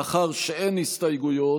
מאחר שאין הסתייגויות.